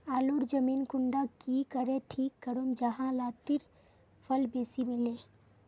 आलूर जमीन कुंडा की करे ठीक करूम जाहा लात्तिर फल बेसी मिले?